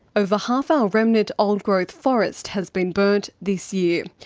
over half our remnant old-growth forest has been burnt this year.